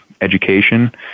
education